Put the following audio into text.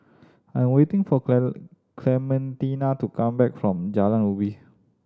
I am waiting for Clementina to come back from Jalan Ubi